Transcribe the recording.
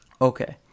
Okay